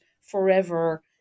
forever